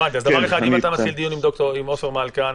אם אתה מתחיל דיון עם עופר מלכה,